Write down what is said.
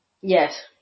Yes